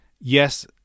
yes